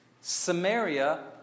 Samaria